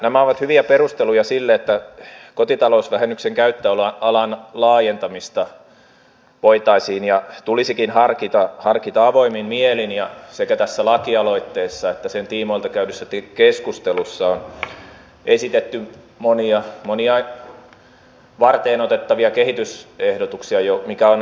nämä ovat hyviä perusteluja sille että kotitalousvähennyksen käyttöalan laajentamista voitaisiin ja tulisikin harkita avoimin mielin ja sekä tässä lakialoitteessa että sen tiimoilta käydyssä keskustelussa on jo esitetty monia varteenotettavia kehitysehdotuksia mikä on hyvä asia